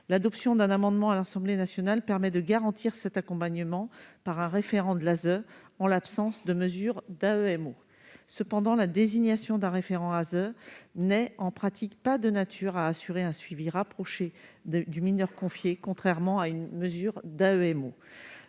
ouvert. Un amendement adopté à l'Assemblée nationale permet de garantir cet accompagnement par un référent de l'ASE en l'absence de mesure d'AEMO. Cependant, la désignation d'un référent de l'ASE n'est pas, en pratique, de nature à permettre un suivi rapproché du mineur confié, contrairement à une mesure d'AEMO.